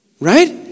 Right